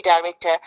director